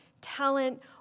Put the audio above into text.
talent